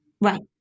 Right